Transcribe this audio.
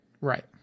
Right